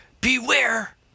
Beware